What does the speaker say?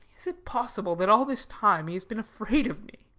is it possible that all this time he has been afraid of me?